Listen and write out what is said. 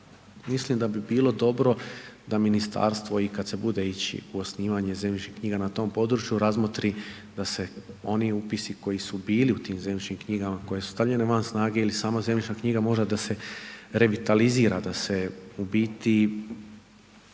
mislim da bi bilo dobro da ministarstvo i kada se bude ići u osnivanje zemljišnih knjiga na tom području razmotri da se oni upisi koji su bili u tim zemljišnim knjigama koje su stavljene van snage ili samo zemljišna knjiga mora da se revitalizira, da se u biti